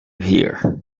hear